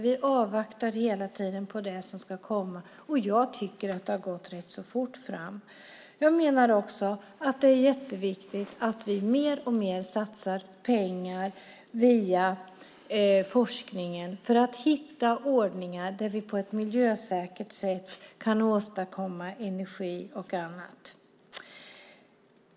Vi avvaktar hela tiden det som ska komma, och jag tycker att det har gått rätt så fort fram. Jag menar också att det är jätteviktigt att vi mer och mer satsar pengar via forskningen för att hitta ordningar där vi på ett miljösäkert sätt kan åstadkomma energi och annat.